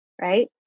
right